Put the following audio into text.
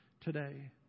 today